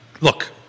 Look